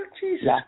Jesus